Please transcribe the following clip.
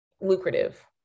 lucrative